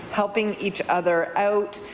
helping each other out,